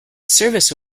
service